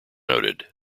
noted